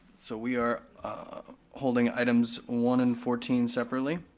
so we are holding items one and fourteen separately.